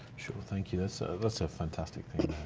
sure, thank you, so that's a fantastic thing